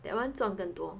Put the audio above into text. that one 赚更多